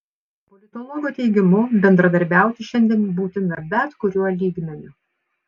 politologo teigimu bendradarbiauti šiandien būtina bet kuriuo lygmeniu